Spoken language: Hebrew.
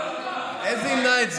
איזה ימנע את זה?